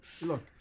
Look